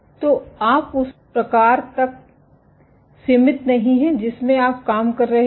तो आप उस प्रकार तक सीमित नहीं हैं जिसमें आप काम कर रहे हैं